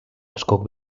askok